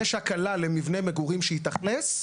יש הקלה למבנה מגורים שהתאכלס,